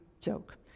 joke